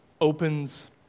opens